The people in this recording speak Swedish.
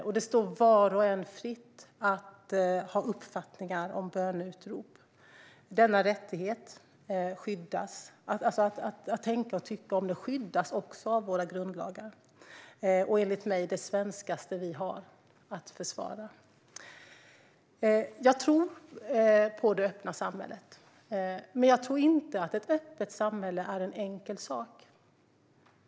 Och det står var och en fritt att ha uppfattningar om böneutrop. Rätten att tänka och tycka om det skyddas också av våra grundlagar. Och det är enligt mig det svenskaste vi har att försvara. Jag tror på det öppna samhället. Men jag tror inte att ett öppet samhälle är en enkel sak.